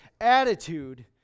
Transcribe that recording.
attitude